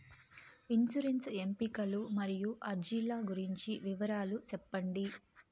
insurance ఎంపికలు మరియు అర్జీల గురించి వివరాలు సెప్పండి